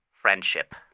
friendship